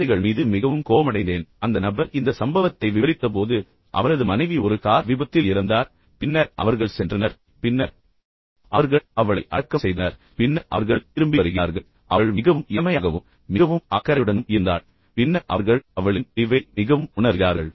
குழந்தைகள் மீது மிகவும் கோபமடைந்தேன் அந்த நபர் இந்த சம்பவத்தை விவரித்தபோது அவரது மனைவி ஒரு கார் விபத்தில் இறந்தார் பின்னர் அவர்கள் சென்றனர் பின்னர் அவர்கள் அவளை அடக்கம் செய்தனர் பின்னர் அவர்கள் திரும்பி வருகிறார்கள் அவள் மிகவும் இளமையாகவும் மிகவும் அக்கறையுடனும் இருந்தாள் பின்னர் அவர்கள் அவளின் பிரிவை மிகவும் உணர்கிறார்கள்